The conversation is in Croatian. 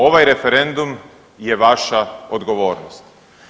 Ovaj referendum je vaša odgovornost.